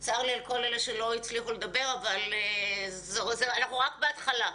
אני מצטערת שלא כולם הצליחו לדבר אבל אנחנו רק בהתחלה.